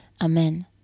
Amen